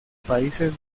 países